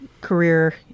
career